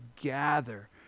gather